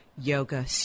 yoga